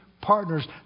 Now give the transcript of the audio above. partners